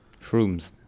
shrooms